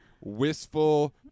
wistful